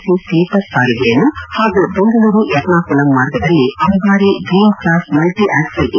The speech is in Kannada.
ಸಿ ಸ್ಲೀಪರ್ ಸಾರಿಗೆಯನ್ನು ಹಾಗೂ ಬೆಂಗಳೂರು ಎರ್ನಾಕುಲಂ ಮಾರ್ಗದಲ್ಲಿ Ambari dream class multi axle A